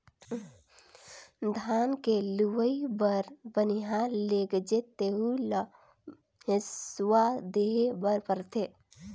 धान के लूवई बर बनिहार लेगजे तेहु ल हेसुवा देहे बर परथे